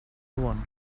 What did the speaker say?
one